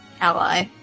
ally